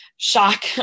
shock